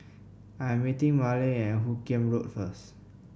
I'm meeting Marlin at Hoot Kiam Road first